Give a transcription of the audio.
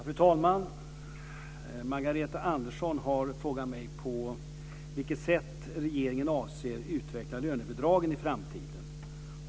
Fru talman! Margareta Andersson har frågat mig på vilket sätt regeringen avser utveckla lönebidragen i framtiden.